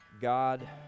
God